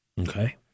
Okay